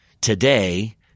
Today